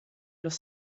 los